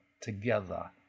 together